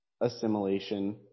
assimilation